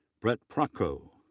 brett prochko,